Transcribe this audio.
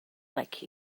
like